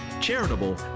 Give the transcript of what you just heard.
charitable